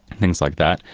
things like that,